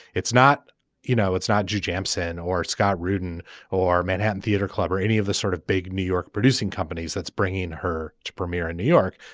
it's not you know it's not joe jackson or scott rudin or manhattan theatre club or any of the sort of big new york producing companies that's bringing her to premiere in new york.